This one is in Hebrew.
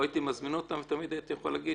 לא הייתי מזמין אותם ותמיד הייתי יכול להגיד